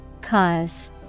Cause